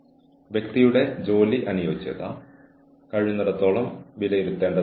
ഒരാൾ ആ വ്യക്തിയുടെ രേഖകൾ പരിശോധിച്ച് ഈ ജീവനക്കാരെ ഉപദേശിക്കുന്നത് എത്രത്തോളം ന്യായമാണെന്ന് കാണേണ്ടതുണ്ട്